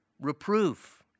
reproof